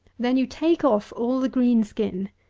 then you take off all the green skin,